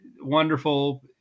wonderful